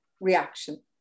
reaction